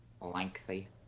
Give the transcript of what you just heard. Lengthy